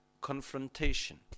confrontation